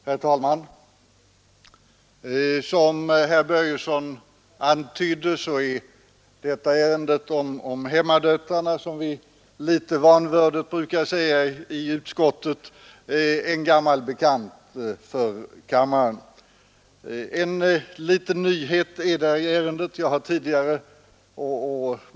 Herr talman! Som herr Börjesson i Falköping sade är denna fråga om hemmadöttrarna — som vi litet vanvördigt brukar säga i utskottet — en gammal bekant för kammaren. Det finns dock en liten nyhet denna gång.